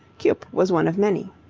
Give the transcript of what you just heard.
cuyp was one of many.